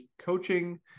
Coaching